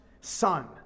son